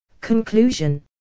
Conclusion